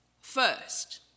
First